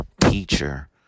teacher